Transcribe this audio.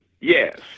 Yes